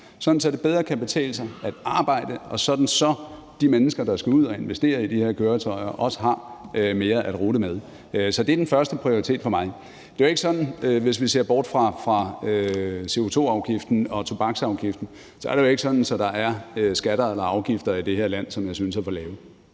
sådan at det bedre kan betale sig at arbejde, og sådan at de mennesker, der skal ud at investere i de her køretøjer, også har mere at rutte med. Så det er den første prioritet for mig. Det er jo ikke sådan, at der, hvis vi ser bort fra CO2-afgiften og tobaksafgiften, er skatter eller afgifter i det her land, som jeg synes er for lave.